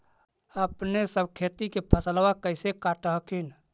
अपने सब खेती के फसलबा कैसे काट हखिन?